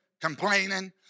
complaining